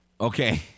Okay